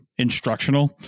instructional